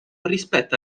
rispetta